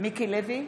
מיקי לוי,